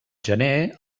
gener